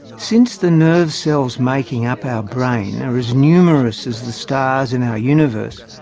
since the nerve cells making up our brain are as numerous as the stars in our universe,